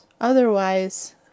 Otherwise